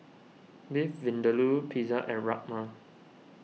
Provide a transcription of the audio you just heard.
Beef Vindaloo Pizza and Rajma